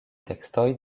tekstoj